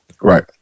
Right